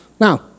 Now